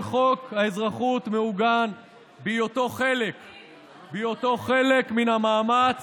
חוק האזרחות "מעוגן בהיותו חלק מן המאמץ